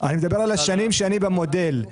אני מדבר על השנים שאני במודל.